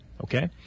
okay